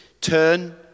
turn